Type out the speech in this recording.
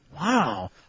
Wow